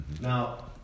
Now